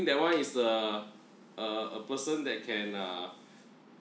that one is uh uh a person that can err